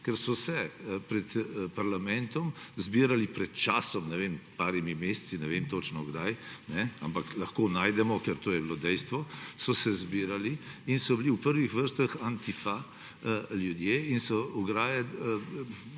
ker so se pred parlamentom zbirali pred časom, ne vem, pred nekaj meseci, ne vem, točno kdaj, ampak lahko najdemo, ker to je bilo dejstvo. So se zbirali in so bili v privih vrstah Antifa ljudje in so skušali